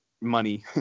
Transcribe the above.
money